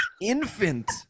Infant